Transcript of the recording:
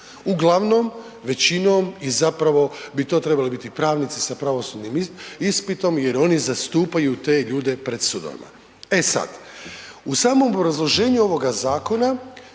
Uglavnom, većinom i zapravo bi to trebali biti pravnici sa pravosudnim ispitom jer oni zastupaju te ljude pred sudovima. E sad, u samom obrazloženju ovoga zakona